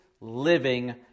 living